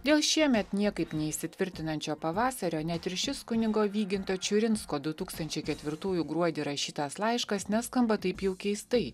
dėl šiemet niekaip neįsitvirtinančio pavasario net ir šis kunigo vyginto čiurinsko du tūkstančiai ketvirtųjų gruodį rašytas laiškas neskamba taip jau keistai